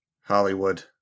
Hollywood